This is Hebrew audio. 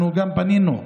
אנחנו גם פנינו,